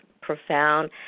profound